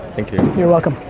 thank you. you're welcome.